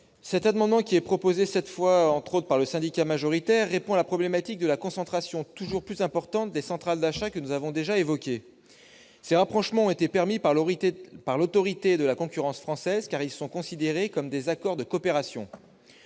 Cet amendement, qui nous a notamment été proposé par le syndicat majoritaire, vise à répondre à la problématique de la concentration toujours plus importante des centrales d'achat, que nous avons déjà évoquée. Ces rapprochements ont été permis par l'Autorité de la concurrence française, qui les considère comme des « accords de coopération